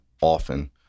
often